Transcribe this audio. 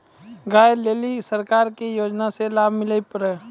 गाय ले ली सरकार के योजना से लाभ मिला पर?